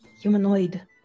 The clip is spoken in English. humanoid